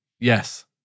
Yes